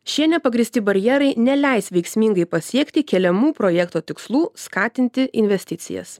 šie nepagrįsti barjerai neleis veiksmingai pasiekti keliamų projekto tikslų skatinti investicijas